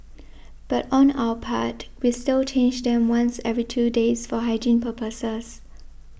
but on our part we still change them once every two days for hygiene purposes